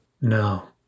No